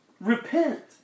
Repent